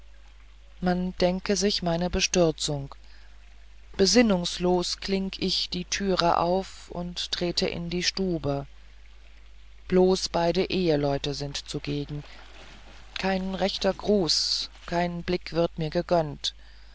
man denke sich meine bestürzung besinnungslos klink ich die türe auf und trete in die stube bloß beide eheleute sind zugegen kein rechter gruß kein blick wird mir gegönnt